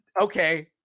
Okay